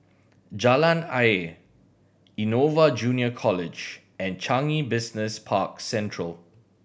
Jalan Ayer Innova Junior College and Changi Business Park Central